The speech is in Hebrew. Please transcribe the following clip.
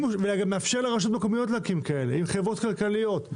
נאפשר גם לרשויות מקומיות להקים כאלה עם חברות כלכליות.